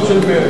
סבסוד,